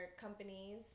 companies